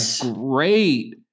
great